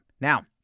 Now